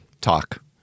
talk